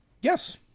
Yes